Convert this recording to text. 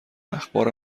اخبار